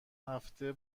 هفته